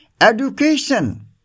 Education